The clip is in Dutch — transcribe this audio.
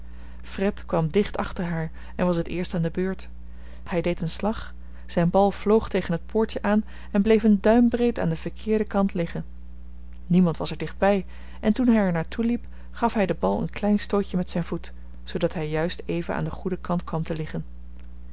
fred kwam dicht achter haar en was het eerst aan de beurt hij deed een slag zijn bal vloog tegen het poortje aan en bleef een duimbreed aan den verkeerden kant liggen niemand was er dicht bij en toen hij er naar toe liep gaf hij den bal een klein stootje met zijn voet zoodat hij juist even aan den goeden kant kwam te liggen